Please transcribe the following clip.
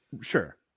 Sure